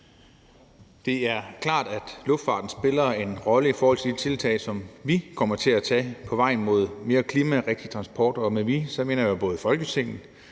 Det er klart, at luftfarten spiller en rolle i forhold til de tiltag, som vi kommer til at tage på vejen mod mere klimarigtig transport, og med »vi« mener jeg så både Folketinget